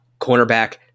cornerback